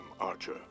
Archer